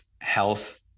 health